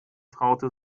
traute